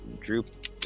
Droop